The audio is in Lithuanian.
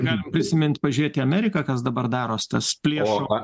galim prisimin pažiūrėt į ameriką kas dabar darosi tas priešų